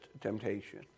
temptation